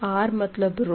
R मतलब रो